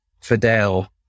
Fidel